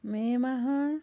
মে' মাহৰ